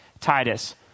Titus